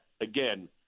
again